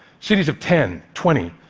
cities of ten, twenty,